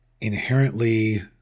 inherently